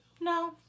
no